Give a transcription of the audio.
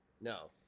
no